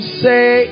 say